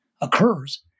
occurs